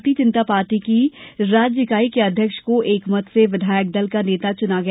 भारतीय जनता पार्टी की राज्य इकाई के अध्यक्ष को एकमत से विधायक दल का नेता चुना गया